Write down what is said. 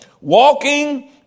walking